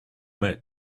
met